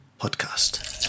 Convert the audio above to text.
Podcast